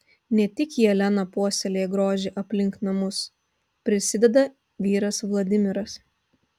ne tik jelena puoselėja grožį aplink namus prisideda vyras vladimiras